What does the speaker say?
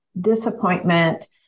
disappointment